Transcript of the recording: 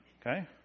Okay